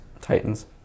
Titans